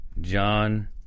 John